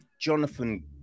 Jonathan